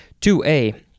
2A